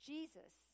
Jesus